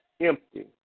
empty